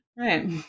Right